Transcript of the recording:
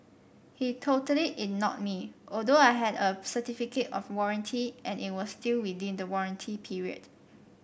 he totally ignored me although I had a certificate of warranty and it was still within the warranty period